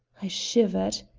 i shivered.